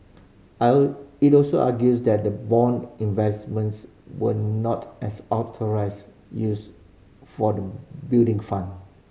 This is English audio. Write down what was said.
I'll it also argues that the bond investments were not as authorised use for the Building Fund